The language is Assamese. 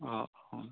অ অ